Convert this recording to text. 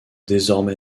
désormais